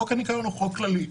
חוק הניקיון הוא חוק כללי.